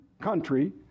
country